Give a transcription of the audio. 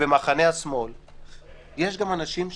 שבמחנה השמאל יש גם אנשים אחראים.